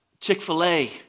Chick-fil-A